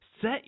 Set